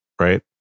Right